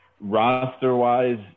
roster-wise